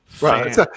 Right